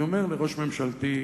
אני אומר לראש ממשלתי,